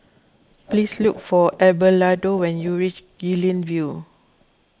please look for Abelardo when you reach Guilin View